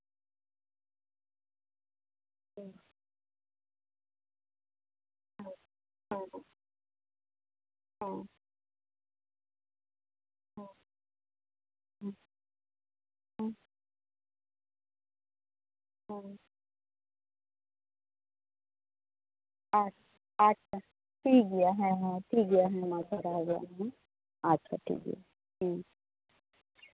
ᱦᱩᱸ ᱦᱩᱸ ᱦᱩᱸ ᱦᱩᱸ ᱦᱩᱸ ᱦᱩᱸ ᱦᱩᱸ ᱦᱩᱸ ᱟᱪᱪᱷᱟ ᱟᱪᱪᱷᱟ ᱴᱷᱤᱠᱜᱮᱭᱟ ᱦᱮᱸᱦᱮᱸ ᱴᱷᱤᱠᱜᱮᱭᱟ ᱦᱮᱸ ᱟᱭᱢᱟ ᱥᱟᱨᱦᱟᱣ ᱜᱮ ᱟᱢᱦᱚᱸ ᱟᱪᱪᱷᱟ ᱴᱷᱤᱠᱜᱮᱭᱟ